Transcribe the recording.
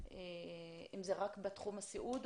אם זה רק בתחום הסיעוד,